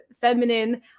feminine